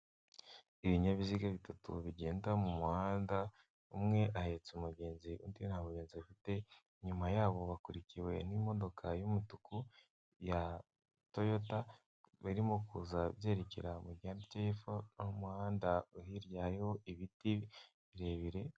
Ibinyabiziga bitatu bigenda mu muhanda, umwe ahetse umugenzi undi nta mugenzi afite inyuma yabo bakurikiwe n'imodoka y'umutuku ya toyota barimo kuza byerekera mu gihande cyo hepfo n'umuhanda uriho ibiti birebire.